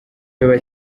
yombi